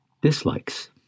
Dislikes